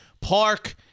Park